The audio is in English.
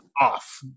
off